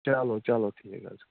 چلو چلو ٹھیٖک حظ